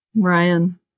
Ryan